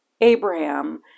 Abraham